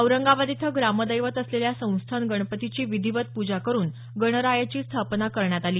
औरंगाबाद इथं ग्रामदैवत असलेल्या संस्थान गणपतीची विधीवत पूजा करून गणरायाची स्थापना करण्यात आली